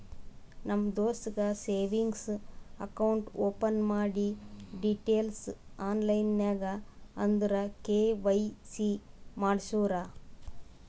ನಮ್ ದೋಸ್ತಗ್ savings account open ಮಾಡಿ ಡೀಟೈಲ್ಸ್ ಆನ್ಲೈನ್ ನಾಗ್ ಅಂದುರ್ ಕೆ.ವೈ.ಸಿ ಮಾಡ್ಸುರು